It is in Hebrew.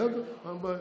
בסדר, אין בעיה.